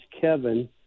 Kevin